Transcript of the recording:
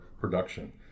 production